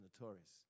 notorious